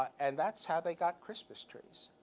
and that's how they got christmas trees,